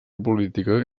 política